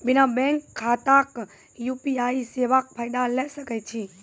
बिना बैंक खाताक यु.पी.आई सेवाक फायदा ले सकै छी?